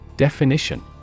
Definition